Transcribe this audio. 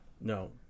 No